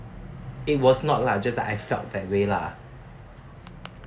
it was not lah just that I felt that way lah